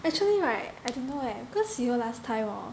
actually right I don't know eh cause you know last time hor